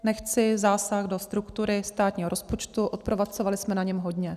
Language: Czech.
Nechci zásah do struktury státního rozpočtu, odpracovali jsme na něm hodně.